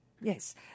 Yes